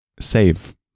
save